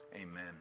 amen